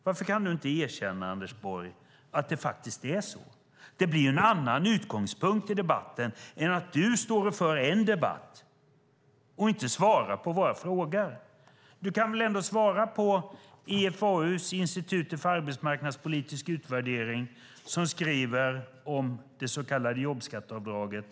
Varför kan du inte erkänna, Anders Borg, att det faktiskt är så? Det blir en annan utgångspunkt i debatten än om du står och för en debatt och inte svarar på våra frågor. Du kan väl ändå svara på vad IFAU, Institutet för arbetsmarknadspolitisk utvärdering, skriver om det så kallade jobbskatteavdraget?